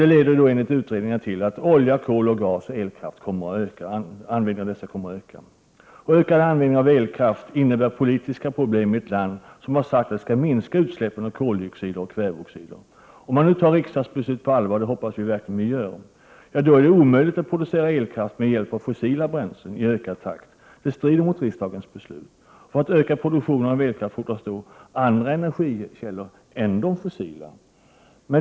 Det leder enligt utredningar till att användningen av olja, kol, gas och elkraft kommer att öka. Ökad användning av elkraft innebär politiska problem i ett land där man har sagt att man skall minska utsläppen av koldioxid och kväveoxider. Om man nu tar riksdagsbeslut på allvar — och det hoppas jag verkligen att man gör — är det omöjligt att producera elkraft i ökad takt med hjälp av fossila bränslen. Det strider mot riksdagens beslut. För att öka produktionen av elkraft fordras ändå andra fossila energikällor.